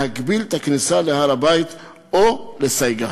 להגביל את הכניסה להר-הבית או לסייגה.